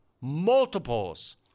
Multiples